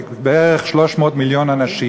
בערך 300 מיליון אנשים,